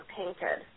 painted